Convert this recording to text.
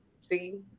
see